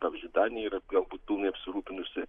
pavyzdžiui danija yra galbūt pilnai apsirūpinusi